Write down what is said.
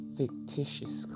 fictitious